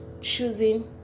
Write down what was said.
choosing